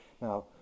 now